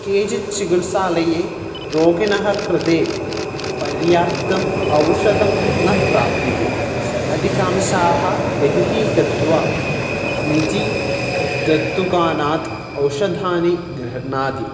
केचित् चिकित्सालये रोगिनः कृते पर्याप्तम् औषधं न प्राप्यते अधिकांशाः बहिः गत्वा निजि दत्तुकानात् औषधानि गृह्णाति